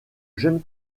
jeune